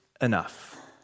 enough